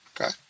okay